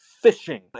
Fishing